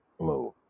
move